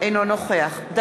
אינו נוכח יולי יואל אדלשטיין,